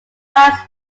vice